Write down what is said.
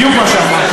זה בדיוק מה שאמרת.